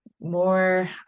more